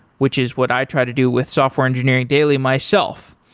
which is what i try to do with software engineering daily myself.